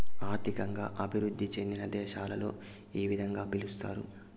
ఆర్థికంగా అభివృద్ధి చెందిన దేశాలలో ఈ విధంగా పిలుస్తారు